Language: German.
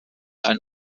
ein